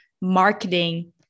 marketing